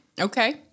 okay